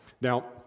Now